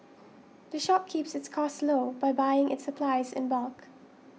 the shop keeps its costs low by buying its supplies in bulk